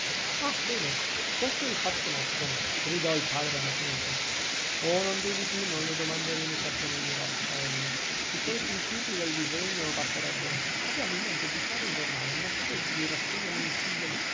ah bene questo è il fatto nostro gridò il padre anacleto oh non dubiti non le domanderemo i cartoni di raffaello i soli principii del disegno basterebbero abbiamo in mente di fare un giornale una specie di rassegna mensile